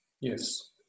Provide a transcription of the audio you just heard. yes